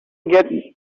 get